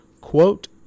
quote